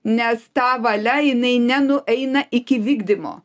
nes ta valia jinai nenueina iki vykdymo